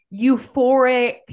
euphoric